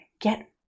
get